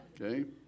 Okay